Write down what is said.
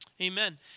Amen